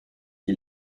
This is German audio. die